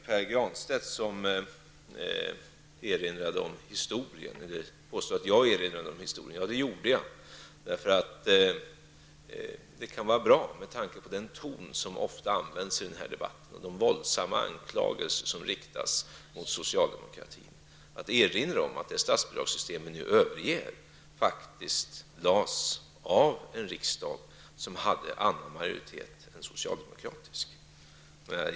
Pär Granstedt påstår att jag erinrade om historien. Det gjorde jag. Det kan vara bra, med tanke på den ton som ofta används i denna debatt och de våldsamma anklagelser som riktas mot socialdemokratin, att erinra om att det statbidragssystem som vi nu överger faktiskt beslutats av en riksdag som hade annan majoritet än socialdemokratisk.